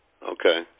Okay